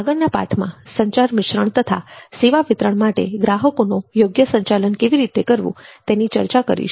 આગળના પાઠમાં સંચાર મિશ્રણ તથા સેવા વિતરણ માટે ગ્રાહકોનો યોગ્ય સંચાલન કેવી રીતે કરવુ તેની ચર્ચા કરીશું